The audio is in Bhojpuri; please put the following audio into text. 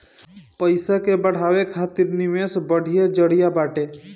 पईसा के बढ़ावे खातिर निवेश बढ़िया जरिया बाटे